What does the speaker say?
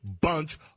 bunch